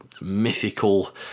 mythical